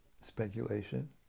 speculation